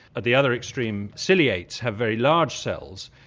at the other extreme, ciliates have very large cells,